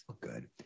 good